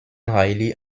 reilly